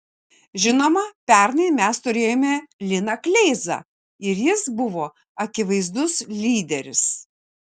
žinoma pernai mes turėjome liną kleizą ir jis buvo akivaizdus lyderis